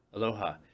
Aloha